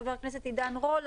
חבר הכנסת עידן רול,